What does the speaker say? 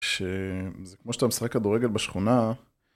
שזה כמו שאתה משחק כדורגל בשכונה